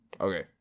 Okay